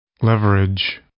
Leverage